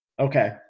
Okay